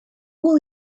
will